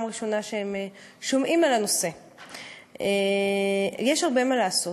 ראשונה שהם שומעים על הנושא.יש הרבה מה לעשות.